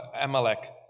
Amalek